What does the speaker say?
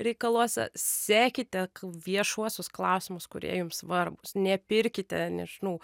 reikaluose sekite viešuosius klausimus kurie jums svarbūs nepirkite nežinau